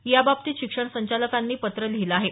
याबाबतीत शिक्षण संचालकांनी पत्र लिहिलं आहे